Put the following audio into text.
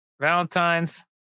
Valentine's